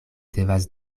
devas